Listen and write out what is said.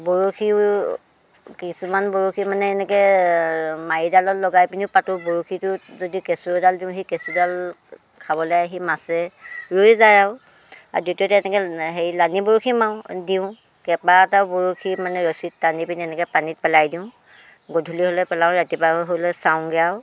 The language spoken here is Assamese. বৰশিও কিছুমান বৰশি মানে এনেকৈ মাৰিডালত লগাই পেনিও পাতোঁ বৰশিটোত যদি কেঁচু এডাল দিওঁ সেই কেচুঁডাল খাবলৈ আহি মাছে লৈ যায় আৰু আৰু দ্বিতীয়তে এনেকৈ হেৰি লানি বৰশি মাৰো দিওঁ কেইবাটাও বৰশি মানে ৰচিত টানিপেনি এনেকৈ পানীত পেলাই দিওঁ গধূলি হ'লে পেলাওঁ ৰাতিপুৱা হ'লে চাওঁগৈ আৰু